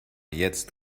jetzt